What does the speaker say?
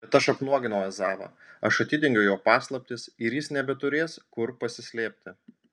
bet aš apnuoginau ezavą aš atidengiau jo paslaptis ir jis nebeturės kur pasislėpti